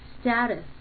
status